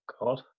God